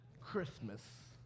Christmas